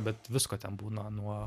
bet visko ten būna nuo